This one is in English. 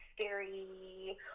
scary